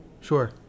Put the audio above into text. Sure